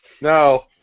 No